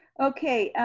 okay,